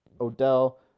Odell